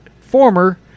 former